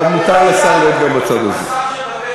ב"לה-לה-לנד", כמו שהוא אמר,